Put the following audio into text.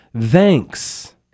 thanks